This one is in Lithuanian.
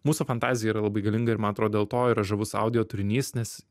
mūsų fantazija yra labai galinga ir man atrodo dėl to yra žavus audio turinys nes